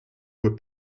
were